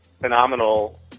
phenomenal